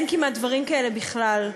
אין כמעט דברים כאלה בכלל.